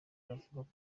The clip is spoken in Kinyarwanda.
bakavuga